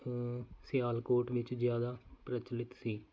ਸਿਆਲਕੋਟ ਵਿੱਚ ਜ਼ਿਆਦਾ ਪ੍ਰਚਲਿਤ ਸੀ